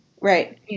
Right